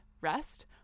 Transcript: rest